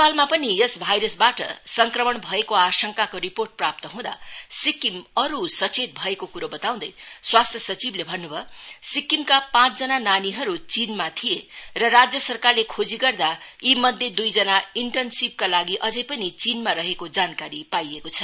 नेपालमा पनि त्यस भाइरसबाट संक्रमण भएको आंशकले रिपोर्ट प्राप्त हुँदा सिक्किम सचेत भएको कुरो बताउँदा स्वास्थ्य सचिवले भन्नु भयो सिक्किमका पाँचजना नानीहरू चीनमा थिए र राज्य सरकारले खोजी गर्दा यी मध्ये दुइजना इन्टर्नशीपका लागि अझै पनि चीनमा रहेको जानकारी पाइएको छ